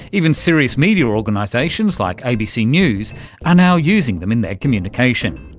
even serious media organisations like abc news are now using them in their communication.